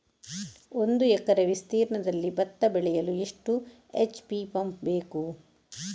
ಒಂದುಎಕರೆ ವಿಸ್ತೀರ್ಣದಲ್ಲಿ ಭತ್ತ ಬೆಳೆಯಲು ಎಷ್ಟು ಎಚ್.ಪಿ ಪಂಪ್ ಬೇಕು?